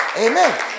Amen